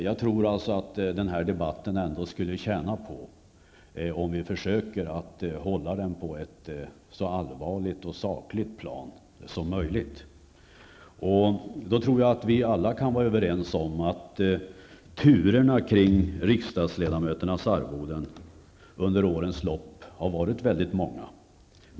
Jag tror alltså att debatten skulle tjäna på att vi försökte hålla den på ett så allvarligt och sakligt plan som möjligt. Då tror jag att vi alla kan vara överens om att turerna kring riksdagsledamöternas arvoden under årens lopp har varit väldigt många.